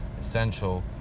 essential